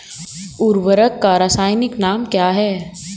उर्वरक का रासायनिक नाम क्या है?